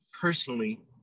personally